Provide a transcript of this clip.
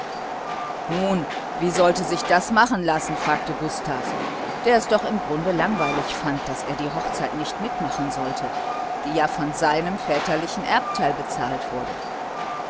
nun wie sollte sich das machen lassen fragte gustav der es doch im grunde langweilig fand daß er die hochzeit nicht mitmachen sollte die ja von seinem väterlichen erbteil bezahlt wurde